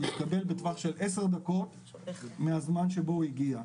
יתקבל בטווח של עשר דקות מהזמן שהוא הגיע.